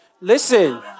Listen